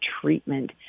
treatment